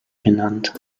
benannt